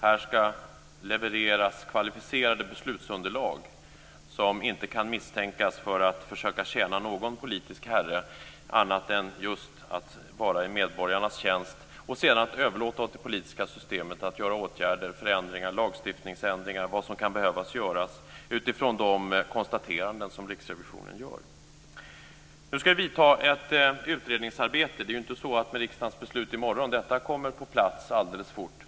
Här ska levereras kvalificerade beslutsunderlag som inte kan misstänkas för att tjäna någon politisk herre, annat än att vara just i medborgarnas tjänst, och som sedan överlåts åt det politiska systemet att vidta åtgärder, göra förändringar, lagstiftningsändringar och annat som kan behövas utifrån de konstateranden som Riksrevisionen gör. Nu vidtar ett utredningsarbete. Det är inte så att det kommer på plats direkt med riksdagens beslut i morgon.